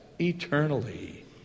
eternally